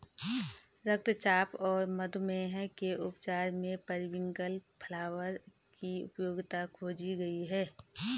रक्तचाप और मधुमेह के उपचार में पेरीविंकल फ्लावर की उपयोगिता खोजी गई है